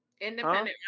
Independent